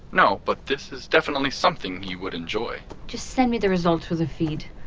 no, but this is definitely something he would enjoy just send me the results through the feed.